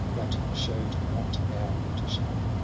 but showed not how to shun.